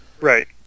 Right